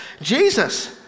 Jesus